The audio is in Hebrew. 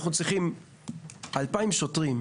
אנחנו צריכים 2,000 שוטרים,